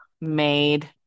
made